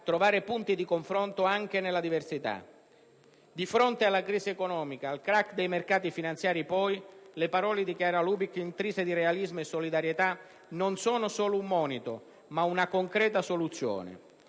trovare punti di confronto anche nella diversità. Di fronte alla crisi economica ed al *crac* dei mercati finanziari, poi, le parole di Chiara Lubich, intrise di realismo e solidarietà non sono solo un monito, ma una concreta soluzione.